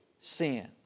sin